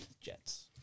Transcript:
Jets